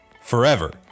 forever